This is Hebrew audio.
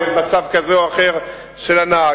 ומצב כזה או אחר של הנהג,